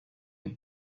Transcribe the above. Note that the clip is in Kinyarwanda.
hhhh